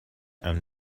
and